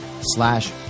slash